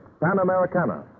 Panamericana